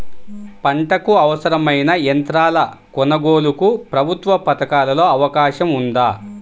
పంటకు అవసరమైన యంత్రాల కొనగోలుకు ప్రభుత్వ పథకాలలో అవకాశం ఉందా?